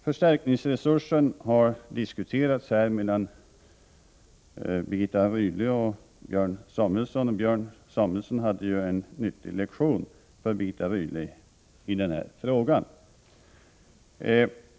Förstärkningsresursen har här diskuterats mellan Birgitta Rydle och Björn Samuelson, och Björn Samuelson höll ju en nyttig lektion för Birgitta Rydle i den frågan.